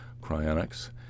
cryonics